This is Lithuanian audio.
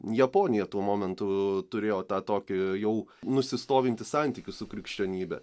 japonija tuo momentu turėjo tą tokį jau nusistovintį santykį su krikščionybe